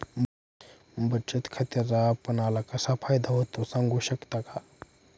बचत खात्याचा आपणाला कसा फायदा होतो? सांगू शकता का?